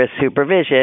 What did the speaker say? supervision